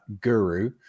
guru